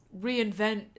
reinvent